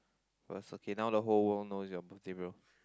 first okay now the whole world knows your birthday real